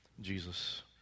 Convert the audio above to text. Jesus